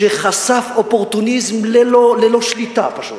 שחשף אופורטוניזם ללא שליטה פשוט,